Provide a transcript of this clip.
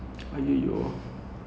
it's around the same time I think